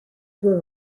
due